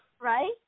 Right